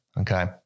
okay